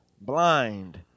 blind